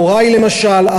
הורי למשל,